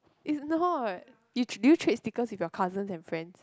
it's not you do you trade stickers with your cousins and friends